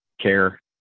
care